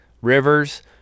rivers